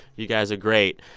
you guys are great.